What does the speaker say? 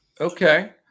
Okay